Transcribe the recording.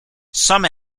some